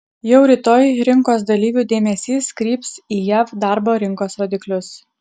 jau rytoj rinkos dalyvių dėmesys kryps į jav darbo rinkos rodiklius